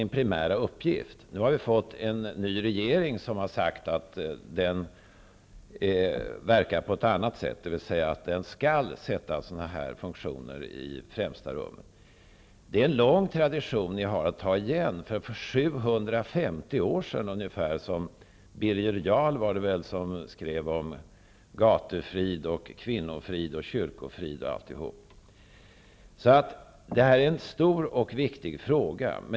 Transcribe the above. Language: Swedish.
Nu har vi fått en ny regering, som har sagt att den verkar på ett annat sätt, dvs. att den skall sätta sådana här funktioner i främsta rummet. Det är en lång tradition som regeringen har att ta igen. För ungefär 750 år sedan skrev Birger Jarl om gatufrid, kvinnofrid och kyrkofrid, så det här är en stor och viktig fråga.